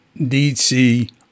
DC